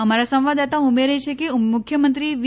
અમારા સંવાદદાતા ઉમેરે છે કે મુખ્યમંત્રી વી